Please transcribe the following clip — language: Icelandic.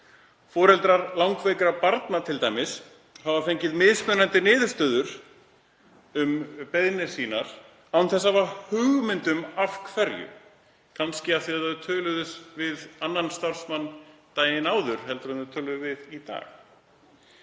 Foreldrar langveikra barna hafa t.d. fengið mismunandi niðurstöður um beiðnir sínar án þess að hafa hugmynd um af hverju, kannski að því að þau töluðu við annan starfsmann daginn áður en þau töluðu við í dag.